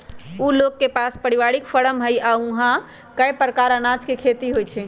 उ लोग के पास परिवारिक फारम हई आ ऊहा कए परकार अनाज के खेती होई छई